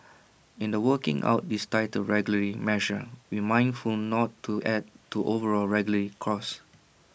in the working out these tighter regulatory measures we're mindful not to add to overall regulatory costs